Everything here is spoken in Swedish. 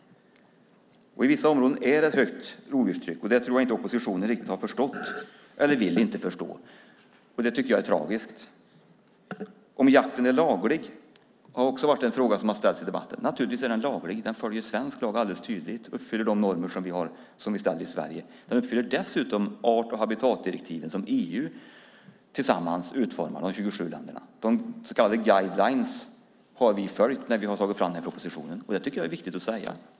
I vissa områden är det ett högt rovdjurstryck. Det tror jag inte oppositionen riktigt har förstått eller vill inte förstå. Det tycker jag är tragiskt. Om jakten är laglig är en fråga som har ställts i debatten. Naturligtvis är den laglig. Den följer svensk lag alldeles tydligt och uppfyller de normer som vi ställer upp i Sverige. Den uppfyller dessutom art och habitatdirektivet som EU med de 27 länderna tillsammans utformar. De så kallade guidelines har vi följt när vi har tagit fram propositionen. Det tycker jag är viktigt att säga.